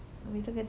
ya